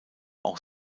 auch